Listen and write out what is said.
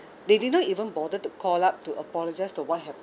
they didn't even bother to call up to apologise to what happened